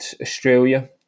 Australia